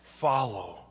follow